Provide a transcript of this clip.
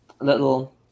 little